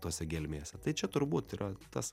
tose gelmėse tai čia turbūt yra tas